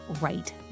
right